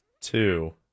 Two